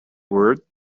word